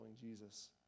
Jesus